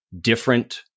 different